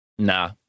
Nah